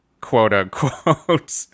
quote-unquote